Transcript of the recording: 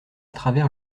travers